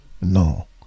No